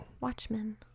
Watchmen